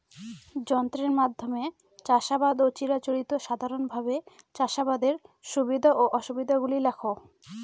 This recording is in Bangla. যন্ত্রের মাধ্যমে চাষাবাদ ও চিরাচরিত সাধারণভাবে চাষাবাদের সুবিধা ও অসুবিধা গুলি লেখ?